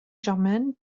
germaine